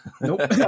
Nope